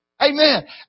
Amen